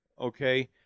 Okay